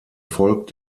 volk